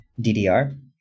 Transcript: DDR